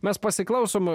mes pasiklausom